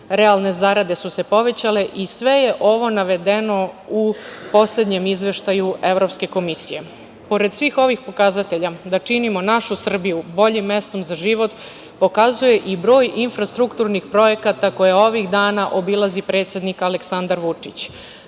Realne zarade su se povećale i sve je ovo navedeno u poslednjem izveštaju Evropske komisije. Pored svih ovih pokazatelja da činimo našu Srbiju boljim mestom za život, pokazuje i broj infrastrukturnih projekata koje ovih dana obilazi predsednik Aleksandar Vučić.